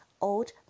old